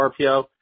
RPO